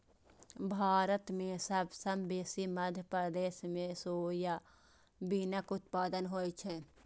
भारत मे सबसँ बेसी मध्य प्रदेश मे सोयाबीनक उत्पादन होइ छै